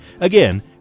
Again